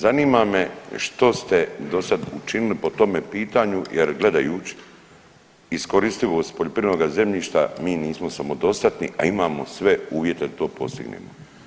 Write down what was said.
Zanima me što ste do sada učinili po tome pitanju jer gledajući iskoristivost poljoprivrednoga zemljišta mi nismo samodostatni, a imamo sve uvjete da to postignemo.